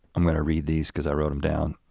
i'm gonna read these cause i wrote them down.